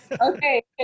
Okay